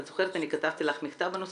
אני כתבתי לך מכתב בנושא,